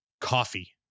coffee